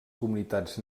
comunitats